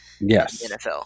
Yes